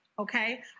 okay